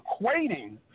equating